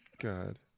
God